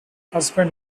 husband